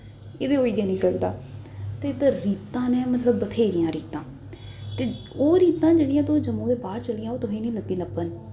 एह् ते होई गै निं सकदा ते इद्धर रीतां न मतलब बत्थेरियां रीतां ते ओह् रीतां जिसलै तुस जम्मू दे बाह्र चली जाओ तुसें गी नेईं लग्गी लब्भन